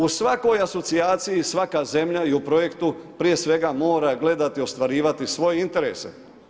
U svakoj asocijaciji svaka zemlja i u projektu prije svega mora gledati i ostvarivati svoje interese.